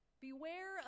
Beware